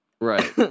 Right